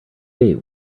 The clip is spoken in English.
date